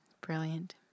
Brilliant